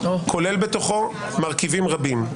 כולל בתוכו מרכיבים רבים.